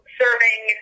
serving